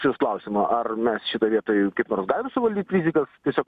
siųst klausimą ar mes šitoj vietoj kaip nors galim suvaldyt rizikas tiesiog